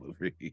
movie